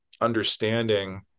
understanding